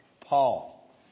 Paul